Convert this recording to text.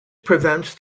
prevents